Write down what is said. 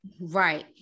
right